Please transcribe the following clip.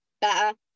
better